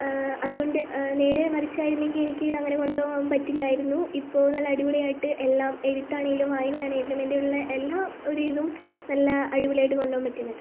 അത് കൊണ്ട് നേരെ മറിച്ചായിരുന്നെങ്കിൽ എനിക്ക് അങ്ങനെ കൊണ്ട് പോകാൻ പറ്റില്ലായിരുന്നു ഇപ്പോൾ നല്ല അടിപൊളിയായിട്ട് എല്ലാം എഴുത്താണേലും വായന ആണേലും എൻ്റെ ഉള്ള് എല്ലാം ഒരു ഇതും നല്ല അടിപൊളിയായിട്ട് കൊണ്ട് പോകാൻ പറ്റുന്നുണ്ട്